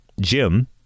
Jim